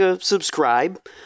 subscribe